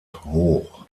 hoch